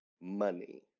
money